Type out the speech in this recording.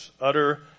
Utter